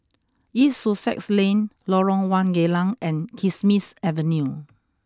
East Sussex Lane Lorong one Geylang and Kismis Avenue